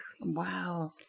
wow